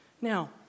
Now